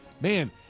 Man